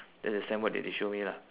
that's the signboard that they show me lah